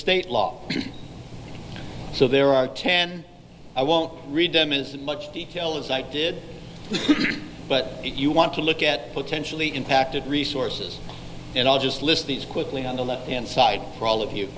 state law so there are ten i won't read them as much detail as i did but if you want to look at potentially impacted resources and i'll just list these quickly on the left hand side for all of you